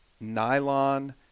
nylon